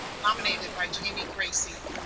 nominated by jamie gracie.